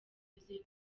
music